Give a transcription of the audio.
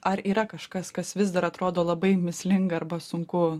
ar yra kažkas kas vis dar atrodo labai mįslinga arba sunku